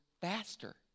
faster